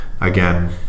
again